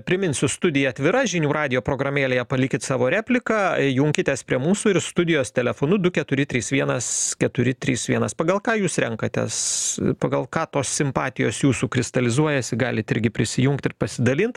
priminsiu studija atvira žinių radijo programėlėje palikit savo repliką junkitės prie mūsų ir studijos telefonu du keturi trys vienas keturi trys vienas pagal ką jūs renkatės pagal ką tos simpatijos jūsų kristalizuojasi galit irgi prisijungt ir pasidalint